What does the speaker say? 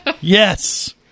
Yes